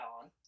on